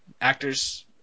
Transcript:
actors